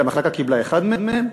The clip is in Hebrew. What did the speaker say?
המחלקה קיבלה אחד מהם,